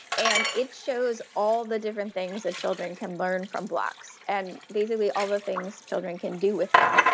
and it shows all the different things that children can learn from blocks, and basically all the things children can do with them.